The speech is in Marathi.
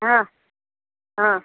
हां हां